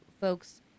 folks